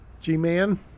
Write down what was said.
G-Man